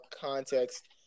context